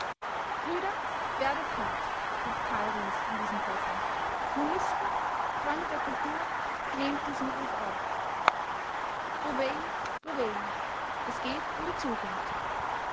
brüder werdet hart ruft carl riess in diesen blättern monisten freunde der kultur nehmt diesen ruf auf reveille reveille es geht um die zukunft